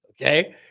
okay